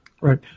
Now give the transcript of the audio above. Right